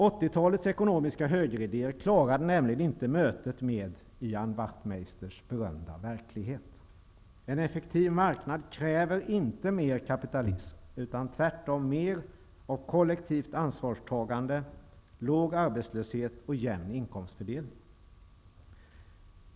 80-talets ekonomiska högeridéer klarade nämligen inte mötet med Ian Wachtmeisters berömda verklighet. En effektiv marknad kräver inte mer kapitalism utan tvärtom mer och kollektivt ansvarstagande, låg arbetslöshet och jämn inkomstfördelning.